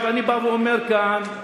ופה מדובר בצמודי קרקע.